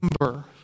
number